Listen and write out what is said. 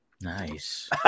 Nice